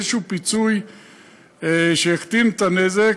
איזה פיצוי שיקטין את הנזק.